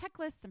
checklists